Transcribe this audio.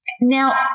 Now